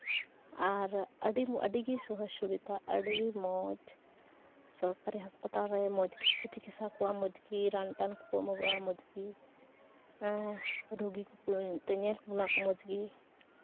ᱟᱨ ᱟᱹᱰᱤ ᱟᱹᱰᱤᱜᱮ ᱥᱩᱡᱳᱜᱽ ᱥᱩᱵᱤᱫᱷᱟ ᱟᱹᱰᱤ ᱢᱚᱡᱽ ᱥᱚᱨᱠᱟᱨᱤ ᱦᱚᱥᱯᱤᱴᱟᱞ ᱨᱮ ᱢᱚᱡᱽ ᱜᱮᱠᱚ ᱪᱤᱠᱤᱥᱥᱟ ᱠᱚᱣᱟ ᱢᱚᱡᱽ ᱜᱮ ᱨᱟᱱ ᱴᱟᱱ ᱠᱚᱠᱚ ᱮᱢᱚᱜᱚᱜᱼᱟ ᱢᱚᱡᱽᱜᱮ ᱨᱩᱜᱤ ᱠᱚᱠᱚ ᱮᱱᱛᱮᱜ ᱧᱮᱞ ᱵᱚᱱᱟᱠᱚ ᱢᱚᱡᱽ ᱜᱮ